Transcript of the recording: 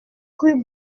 rue